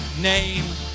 name